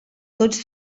tots